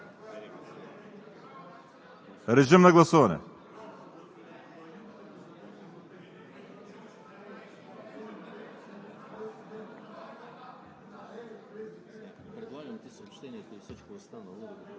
Режим на гласуване.